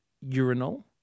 urinal